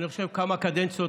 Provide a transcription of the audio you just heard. אני חושב כמה קדנציות,